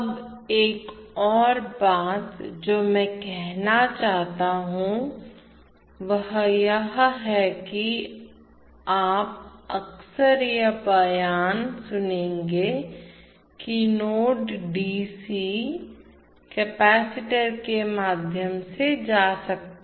अब एक और बात जो मैं कहना चाहता हूं वह यह है कि आप अक्सर यह बयान सुनेंगे कि नोड डी सि के माध्यम से जा सकते हैं